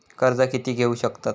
कर्ज कीती घेऊ शकतत?